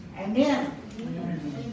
Amen